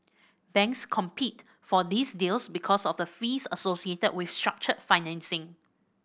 banks compete for these deals because of the fees associated with structured financing